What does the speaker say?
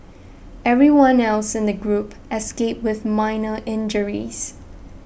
everyone else in the group escaped with minor injuries